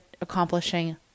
accomplishing